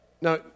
now